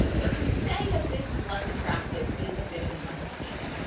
but to say that this is less attractive is a bit of an understatement.